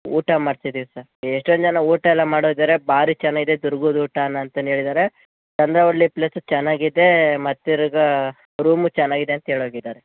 ಊಟ ಮಾಡ್ಸಿದೀವಿ ಸರ್ ಈಗ ಎಷ್ಟೊಂದು ಜನ ಊಟ ಎಲ್ಲ ಮಾಡಿ ಹೋದರೆ ಭಾರಿ ಚೆನ್ನಾಗಿದೆ ದುರ್ಗದ ಊಟ ಅನ್ನ ಅಂತನು ಹೇಳಿದಾರೆ ಚಂದವಳ್ಳಿ ಪ್ಲೇಸು ಚೆನ್ನಾಗಿದೆ ಮತ್ತೆ ತಿರ್ಗ ರೂಮು ಚೆನ್ನಾಗಿದೆ ಅಂತೇಳಿ ಹೋಗಿದಾರೆ